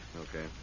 Okay